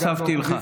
הוספתי לך.